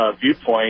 viewpoint